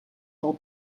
del